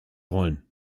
rollen